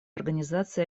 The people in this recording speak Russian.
организации